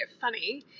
funny